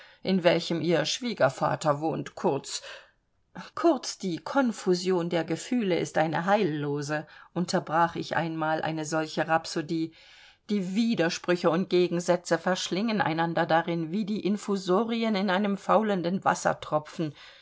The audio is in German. in welchem ihr schwiegervater wohnt kurz kurz die konfusion der gefühle ist eine heillose unterbrach ich einmal eine solche rhapsodie die widersprüche und gegensätze verschlingen einander darin wie die infusorien in einem faulenden wassertropfen